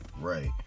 right